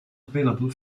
available